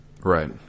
Right